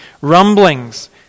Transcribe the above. rumblings